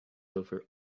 over